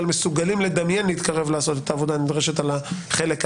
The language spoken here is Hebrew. מסוגלים לדמיין להתקרב לעשות את העבודה הנדרשת על חלק א'.